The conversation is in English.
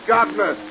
Gardner